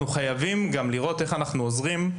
אנחנו חייבים גם לראות איך אנחנו עוזרים להורים,